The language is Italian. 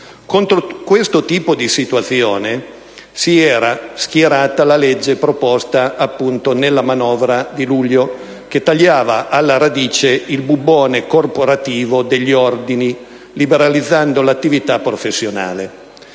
Contro questo tipo di situazione si era schierata la norma proposta, appunto, nella manovra di luglio, che tagliava alla radice il bubbone corporativo degli ordini liberalizzando l'attività professionale.